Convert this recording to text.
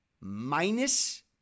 minus